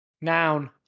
Noun